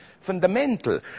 fundamental